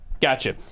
gotcha